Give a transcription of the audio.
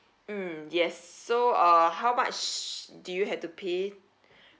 mm yes so uh how much do you had to pay